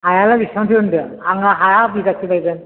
हायालाय बेसेबांथ' बुंदों आंहा हाया बिगासे बायगोन